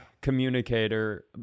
communicator